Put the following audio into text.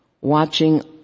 watching